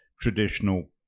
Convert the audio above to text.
traditional